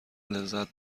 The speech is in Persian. لذت